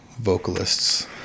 vocalists